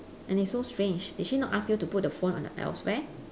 and it's so strange did she not ask you to put the phone on elsewhere